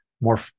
more